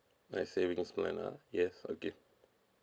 nice saving plan ah yes okay